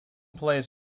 plays